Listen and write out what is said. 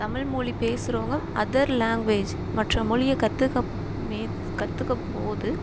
தமிழ் மொழி பேசுகிறவங்க other language மற்ற மொழிய கற்றுக்க மே கற்றுக்கம் போது